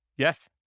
Yes